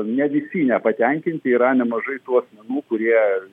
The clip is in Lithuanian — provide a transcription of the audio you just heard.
ne visi nepatenkinti yra nemažai tų asmenų kurie